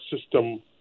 system